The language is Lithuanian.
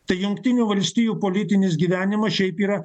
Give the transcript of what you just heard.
tai jungtinių valstijų politinis gyvenimas šiaip yra